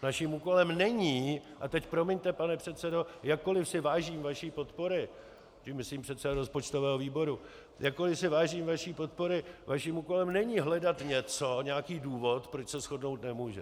Naším úkolem není a teď promiňte, pane předsedo, jakkoli si vážím vaší podpory, tím myslím předsedu rozpočtového výboru, jakkoli si vážím vaší podpory naším úkolem není hledat něco, nějaký důvod, proč se shodnout nemůžeme.